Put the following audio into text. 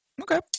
okay